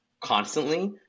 constantly